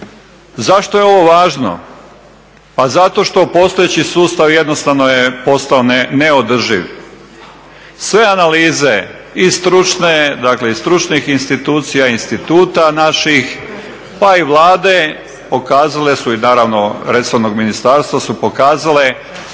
Zašto je ovo važno? Pa zato što postojeći sustav jednostavno je postao neodrživ. Sve analize i stručne, dakle i stručnih institucija, instituta naših pa i Vlade pokazale su i naravno resornog ministarstva su pokazale